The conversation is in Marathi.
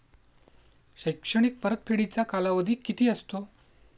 शैक्षणिक परतफेडीचा कालावधी किती असतो?